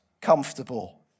comfortable